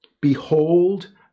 Behold